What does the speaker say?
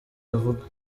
avuga